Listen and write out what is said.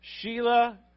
Sheila